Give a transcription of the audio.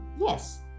Yes